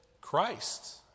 Christ